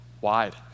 Wide